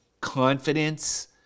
confidence